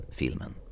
filmen